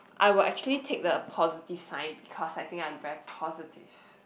I will actually take the positive sign because I think I am very positive